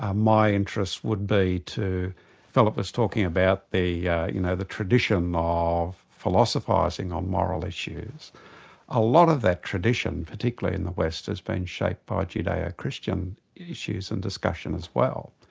ah my interest would be to philip was talking about the yeah you know the tradition of philosophising on moral issues a lot of that tradition, particularly in the west has been shaped by judeo-christian issues and discussion as well.